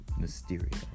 Mysterio